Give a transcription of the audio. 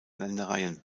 ländereien